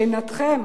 שנתכם